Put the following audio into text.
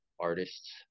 artists